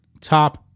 top